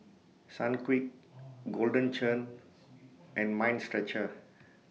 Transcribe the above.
Sunquick Golden Churn and Mind Stretcher